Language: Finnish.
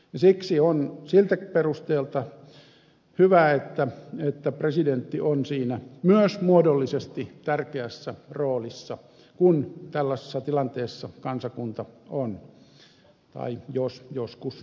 siksi on siltäkin perusteelta hyvä että presidentti on siinä myös muodollisesti tärkeässä roolissa kun tällaisessa tilanteessa kansakunta on tai jos joskus on